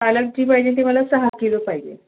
पालक जी पाहिजे ती मला सहा किलो पाहिजे